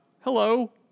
hello